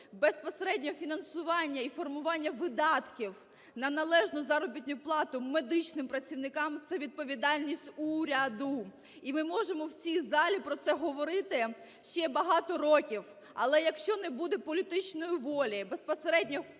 Безпосереднє фінансування і формування видатків на належну заробітну плату медичним працівників – це відповідальність уряду. І ми можемо в цій залі про це говорити ще багато років, але якщо не буде політичної волі безпосередньо